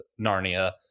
Narnia